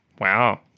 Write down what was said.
wow